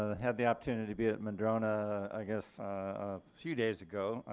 ah had the opportunity to be at madrona i guess a few days ago.